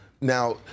now